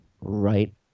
right